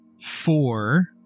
four